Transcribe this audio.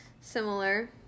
similar